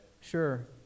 Sure